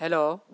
hello